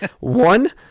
One